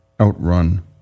outrun